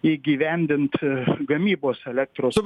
įgyvendint gamybos elektros